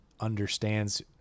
understands